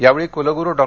या वेळी कुलगुरू डॉ